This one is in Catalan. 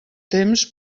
temps